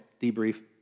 debrief